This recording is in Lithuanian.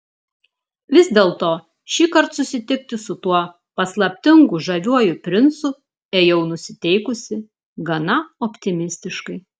vis dėlto šįkart susitikti su tuo paslaptingu žaviuoju princu ėjau nusiteikusi gana optimistiškai